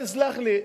תסלח לי,